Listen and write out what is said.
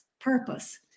purpose